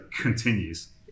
continues